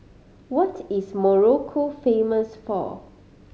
what is Morocco famous for